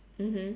mmhmm